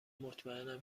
مطمئنم